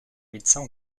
médecins